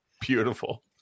Beautiful